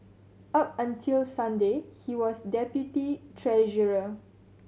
up until Sunday he was deputy treasurer